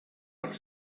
per